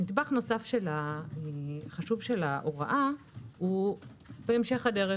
נדבך נוסף חשוב של ההוראה הוא בהמשך הדרך.